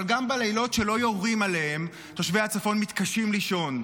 אבל גם בלילות שלא יורים עליהם תושבי הצפון מתקשים לישון,